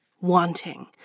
wanting